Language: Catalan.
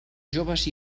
joves